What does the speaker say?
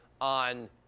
on